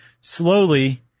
slowly